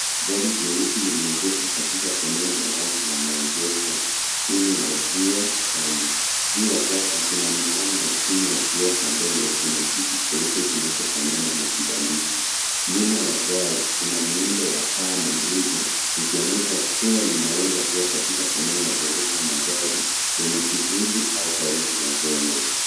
Gari jeusi limeegeshwa katika eneo la wazi la maegesho chini ya jua kali. Juu ya gari kuna miwani na chini ya kioo cha mbele kuna kitu cheupe kinachofanana na kibandiko. Nyuma ya gari kuna miundo ya paa na nguzo ikionyesha kuwa linaweza kuwa katika eneo la kuegesha magari lenye kivuli au karibu na jengo.